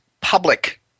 public